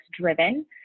driven